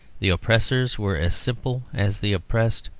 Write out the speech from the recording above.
the oppressors were as simple as the oppressed,